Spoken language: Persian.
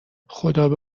خدابه